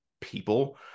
people